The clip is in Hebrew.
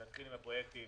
נתחיל עם הפרויקטים